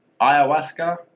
ayahuasca